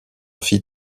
fit